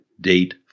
date